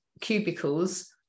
cubicles